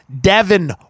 Devin